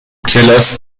کلاس